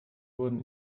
wurden